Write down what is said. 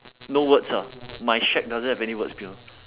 no words ah my shack doesn't have any words here